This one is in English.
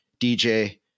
DJ